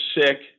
sick